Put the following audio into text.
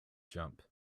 jump